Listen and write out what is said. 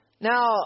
Now